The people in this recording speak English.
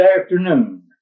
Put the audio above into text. afternoon